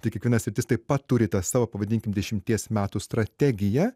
tai kiekviena sritis taip pat turi tą savo pavadinkim dešimties metų strategiją